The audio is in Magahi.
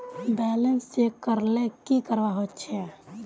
बैलेंस चेक करले की करवा होचे?